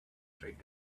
tried